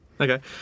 okay